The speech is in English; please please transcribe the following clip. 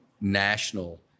National